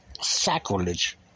sacrilege